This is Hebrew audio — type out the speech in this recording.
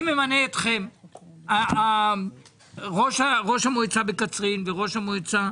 אני ממנה אתכם, ראש המועצה בקצרין וראש המועצה